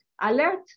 alert